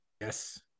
Yes